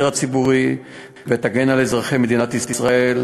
הציבורי ותגן על אזרחי מדינת ישראל,